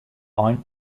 ein